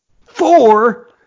four